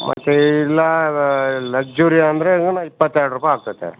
ಮತ್ತು ಇಲ್ಲ ಲಗ್ಜುರಿ ಅಂದರೆ ಗಿನ ಇಪ್ಪತ್ತ ಎರಡು ರೂಪಾಯಿ ಆಗ್ತದೆ